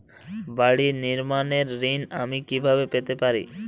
বাড়ি নির্মাণের ঋণ আমি কিভাবে পেতে পারি?